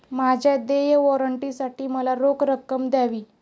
माझ्या देय वॉरंटसाठी मला रोख रक्कम द्यावी